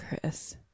Chris